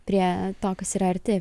prie to kas yra arti